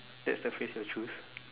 that's the phrase you'll choose